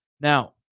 now